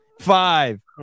five